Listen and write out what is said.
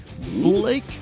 Blake